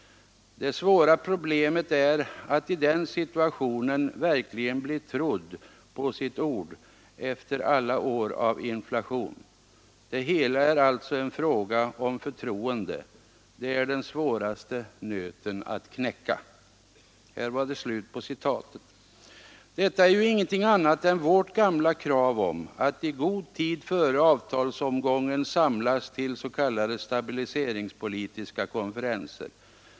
Det svåra problemet är att i den situationen verkligen bli trodd på sitt ord efter alla år av inflation. Det hela är alltså en fråga om förtroende. Där är den svåraste nöten att knäcka.” Detta är ju ingenting annat än vårt gamla krav om att i god tid före avtalsomgången samlas till s.k. stabiliseringspolitiska konferenser.